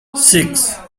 six